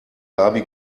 gaby